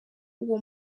uwo